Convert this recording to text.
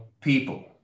people